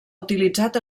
utilitzat